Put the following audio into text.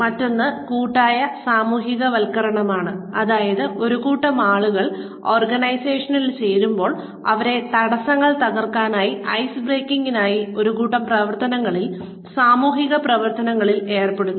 മറ്റൊന്ന് കൂട്ടായ സാമൂഹികവൽക്കരണമാണ് അതായത് ഒരു കൂട്ടം ആളുകൾ ഓർഗനൈസേഷനിൽ ചേരുമ്പോൾ അവരെ തടസ്സങ്ങൾ തകർകാനായി ഐസ് ബ്രേക്കിങ്ങിനായി ഒരു കൂട്ടം പ്രവർത്തനങ്ങളിൽ സാമൂഹിക പ്രവർത്തനങ്ങളിൽ ഏർപ്പെടുത്തുന്നു